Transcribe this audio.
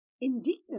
indignant